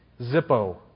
Zippo